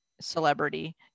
celebrity